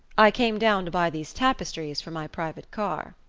i came down to buy these tapestries for my private car.